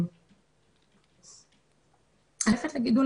רפד לגידול